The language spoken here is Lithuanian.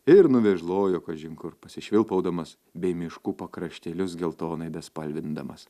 ir nuvėžlojo kažin kur pasišvilpaudamas bei miškų pakraštėlius geltonai bespalvindamas